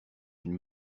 une